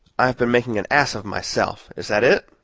i've been making an ass of myself is that it?